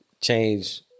change